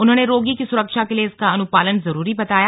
उन्होंने रोगी की सुरक्षा के लिए इसका अनुपालन जरूरी बताया